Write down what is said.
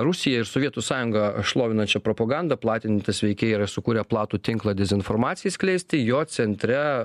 rusiją ir sovietų sąjungą šlovinančią propagandą platinantys veikėjai yra sukurę platų tinklą dezinformacijai skleisti jo centre